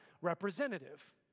representative